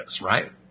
right